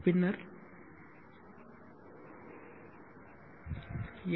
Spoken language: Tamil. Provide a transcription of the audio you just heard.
பின்னர் எல்